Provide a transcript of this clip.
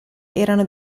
erano